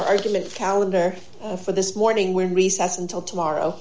argument calendar for this morning will recess until tomorrow